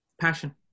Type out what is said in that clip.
Passion